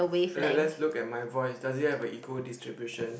let's let's look at my voice does it have a equal distribution